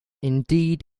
indeed